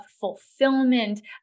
fulfillment